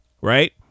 Right